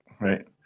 right